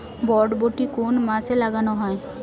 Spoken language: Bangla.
বরবটি কোন মাসে লাগানো হয়?